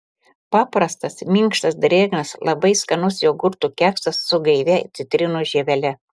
paprastas minkštas drėgnas labai skanus jogurto keksas su gaivia citrinos žievele